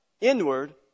inward